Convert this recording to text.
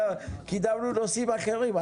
קידמנו נושאים אחרים.